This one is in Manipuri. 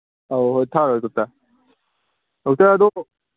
ꯑꯧ ꯊꯛꯑꯔꯣꯏ ꯗꯣꯛꯇꯔ ꯗꯣꯛꯇꯔ ꯑꯗꯨ